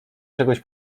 czegoś